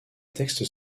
textes